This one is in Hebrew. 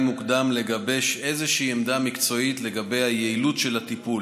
מוקדם לגבש איזושהי עמדה מקצועית על היעילות של הטיפול.